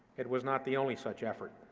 it was not the only such effort.